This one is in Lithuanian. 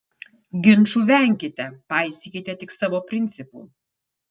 ginčų venkite paisykite tik savo principų